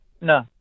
No